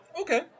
Okay